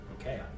Okay